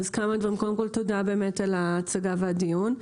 קודם כול, תודה על ההצגה ועל הדיון.